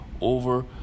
over